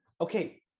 Okay